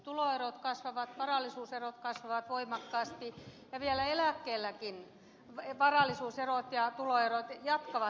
tuloerot kasvavat varallisuuserot kasvavat voimakkaasti ja vielä eläkkeelläkin varallisuuserot ja tuloerot jatkavat kasvuaan